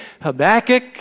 Habakkuk